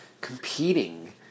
competing